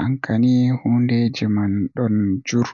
ankam hundeeji manni don jurr.